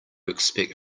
expect